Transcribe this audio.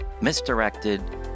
misdirected